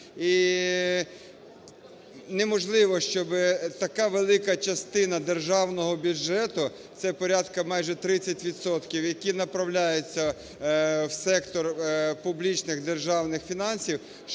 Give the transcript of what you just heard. неможливо, щоб така велика частина державного бюджету, це порядка майже 30 відсотків, які направляються в сектор публічних державних фінансів,